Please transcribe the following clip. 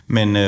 Men